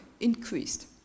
increased